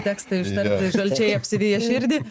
tekstą ištarti žalčiai apsiviję širdį